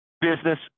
business